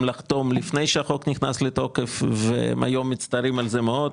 לחתום לפני שהחוק נכנס לתוקף והם היום מצטערים על זה מאוד.